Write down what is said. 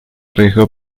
arriesgó